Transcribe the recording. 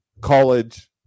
college